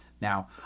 Now